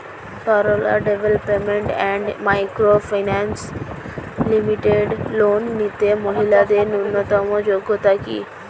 Sarala development and micro finance limited loan নিতে মহিলাদের ন্যূনতম যোগ্যতা কী?